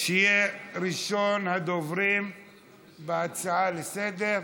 שיהיה ראשון הדוברים בהצעה לסדר-היום.